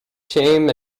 shame